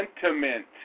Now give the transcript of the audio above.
sentiment